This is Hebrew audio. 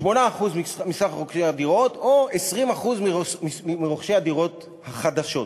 8% מרוכשי הדירות, או 20% מרוכשי הדירות החדשות.